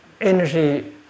energy